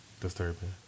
disturbing